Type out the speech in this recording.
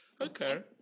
Okay